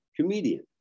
comedian